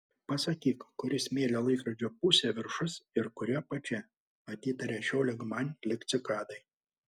pasakyk kuri smėlio laikrodžio pusė viršus ir kuri apačia atitaria šio lyg man lyg cikadai